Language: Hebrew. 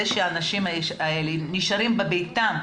זה שהאנשים האלה נשארים בביתם,